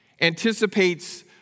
anticipates